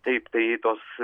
taip tai tos